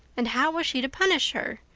and how was she to punish her?